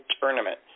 tournament